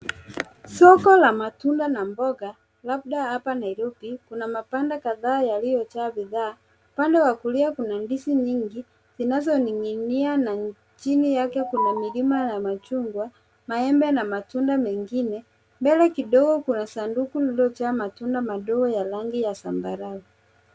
Soko la matunda na mboga, labda hapa Nairobi, kuna mabanda kadhaa yaliyojaa bidhaa. Upande wa kulia kuna ndizi nyingi zinazoning'inia, na chini yake kuna milima ya machungwa, maembe na matunda mengine, mbele kidogo kuna sanduku lililojaa matunda madogo ya rangi ya zambarau.